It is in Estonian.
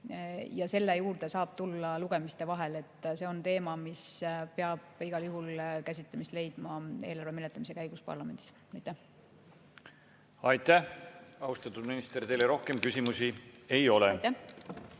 Selle juurde saab tulla lugemiste vahel. See on teema, mis peab igal juhul käsitlemist leidma eelarve menetlemise käigus parlamendis. Aitäh, austatud minister! Teile rohkem küsimusi ei ole. Läheme